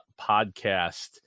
podcast